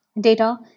data